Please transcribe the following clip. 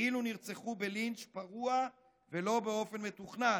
כאילו נרצחו בלינץ' פרוע ולא באופן מתוכנן.